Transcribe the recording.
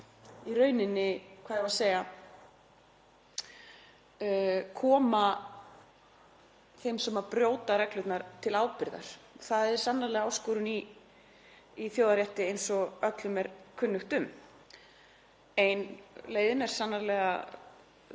leiðir til þess að draga þá sem brjóta reglurnar til ábyrgðar. Það er sannarlega áskorun í þjóðarétti eins og öllum er kunnugt um. Ein leiðin er sannarlega